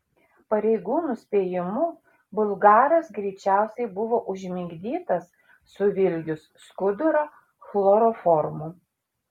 pareigūnų spėjimu bulgaras greičiausiai buvo užmigdytas suvilgius skudurą chloroformu